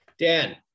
Dan